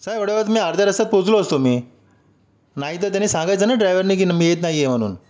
साहेब एवढ्या वेळेत मी अर्ध्या रस्त्यात पोचलो असतो मी नाही तर त्याने सांगायचं ना ड्रायवरने की ना मी येत नाही आहे म्हणून